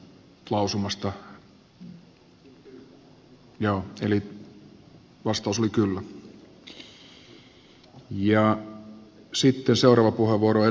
eli vastaus oli kyllä